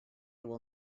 will